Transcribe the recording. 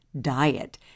diet